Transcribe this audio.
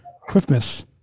Christmas